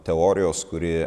teorijos kuri